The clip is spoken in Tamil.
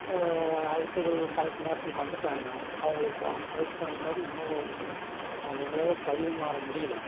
அழைப்பிதழ் கரெக்ட் நேரத்துக்கு வந்துட்டாங்க அவங்களுக்கு அதுக்கு தகுந்த மாதிரி உணவை வந்து அவங் எங்களால் பரிமாற முடியல